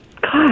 God